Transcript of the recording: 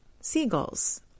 seagulls